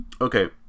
Okay